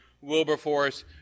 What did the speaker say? Wilberforce